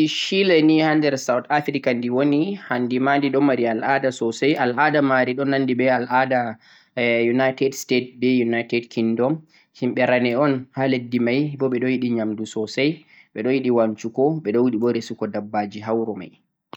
leddi shile ni ha der South Africa di wani handi ma di ɗo mari al'ada sosai, al'ada mari ɗo nandi be al'ada e United State, be United Kingdom. Himɓe rane un ha leddi mai bo ɓe ɗo yiɗi yamdu sosai, ɓeɗo yiɗi wancugo, ɓe ɗo yiɗi bo resugo dabbaji ha wuro mai.